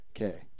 Okay